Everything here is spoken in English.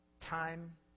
Time